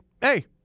hey